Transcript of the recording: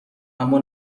اما